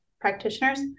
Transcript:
practitioners